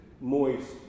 moist